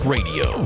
Radio